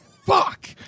Fuck